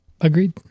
Agreed